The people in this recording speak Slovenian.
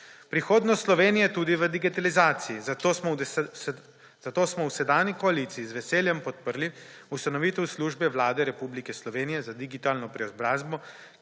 Prihodnost Slovenije je tudi v digitalizaciji, zato smo v sedanji koaliciji z veseljem podprli ustanovitev Službe Vlade Republike Slovenije za digitalno preobrazbo,